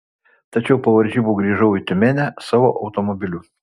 tačiau po varžybų grįžau į tiumenę savo automobiliu